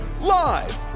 live